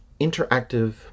interactive